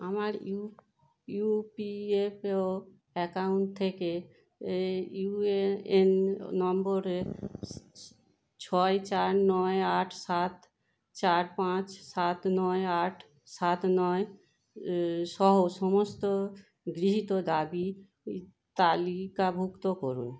আমার U UPFO account থেকে UAN নম্বরে ছয় চার নয় আট সাত চার পাঁচ সাত নয় আট সাত নয় সহ সমস্ত গৃহীত দাবি তালিকাভুক্ত করুন